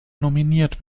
nominiert